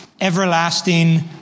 Everlasting